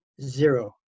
zero